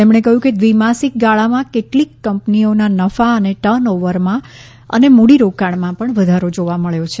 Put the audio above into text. તેમણે કહ્યું કે દ્વિમાસિક ગાળામાં કેટલીક કંપનીઓના નફા તેમજ ટર્નઓવરમાં અને મૂડીરોકાણમાં પણ વધારો જોવા મબ્યો છે